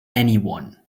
anyone